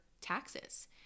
taxes